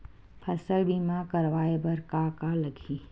फसल बीमा करवाय बर का का लगही?